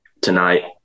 tonight